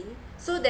so there